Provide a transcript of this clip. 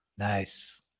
Nice